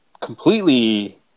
completely